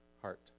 heart